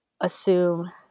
assume